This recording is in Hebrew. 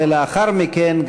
ולאחר מכן,